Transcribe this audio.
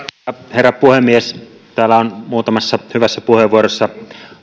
herra puhemies täällä on muutamassa hyvässä puheenvuorossa